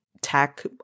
tech